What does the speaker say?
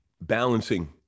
balancing